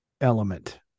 element